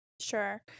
Sure